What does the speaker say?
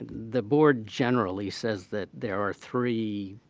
the board generally says that there are three